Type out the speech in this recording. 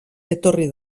etorri